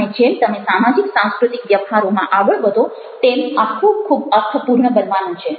અને જેમ તમે સામાજિક સાંસ્ક્રુતિક વ્યવહારોમાં આગળ વધો તેમ આ ખૂબ ખૂબ અર્થપૂર્ણ બનવાનું છે